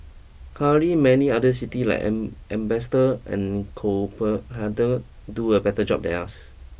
currently many other city like am am bastard and coper harder do a better job than us